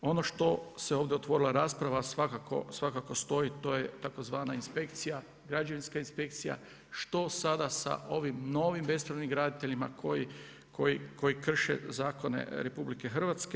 Ono što se ovdje otvorila rasprava, svakako stoji, to je tzv. inspekcija, građevinska inspekcija, što sada sa ovim novim bespravnim graditeljima koji krše zakone RH.